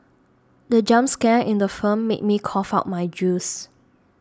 the jump scare in the firm made me cough out my juice